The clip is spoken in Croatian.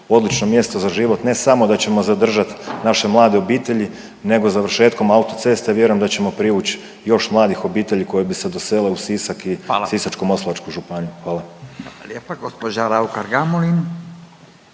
odlično mjesto za život, ne samo da ćemo zadržati naše mlade obitelji, nego završetkom autoceste vjerujem da ćemo privući još mladih obitelji koje bi se doselile u Sisak i Sisačko-moslavačku županiju. Hvala. **Radin, Furio